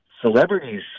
celebrities